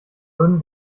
würden